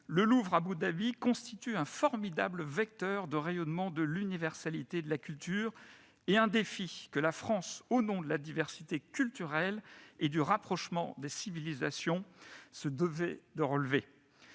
le Louvre Abou Dabi constitue un formidable vecteur de rayonnement de l'universalité de la culture et un défi que la France, au nom de la diversité culturelle et du rapprochement des civilisations, se devait de relever.